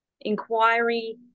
Inquiry